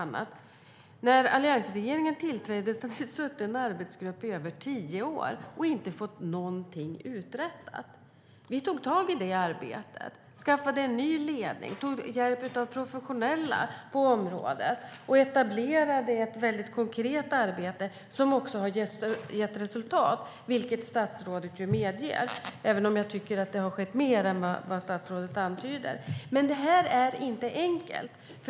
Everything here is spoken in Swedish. När alliansregeringen tillträdde hade det suttit en arbetsgrupp i över tio år och inte fått någonting uträttat. Vi tog tag i det arbetet, skaffade en ny ledning, tog hjälp av professionella på området och etablerade ett konkret arbete som också har gett resultat, vilket statsrådet ju medger, även om jag tycker att det har skett mer än vad statsrådet antyder. Men det här är inte enkelt.